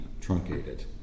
truncated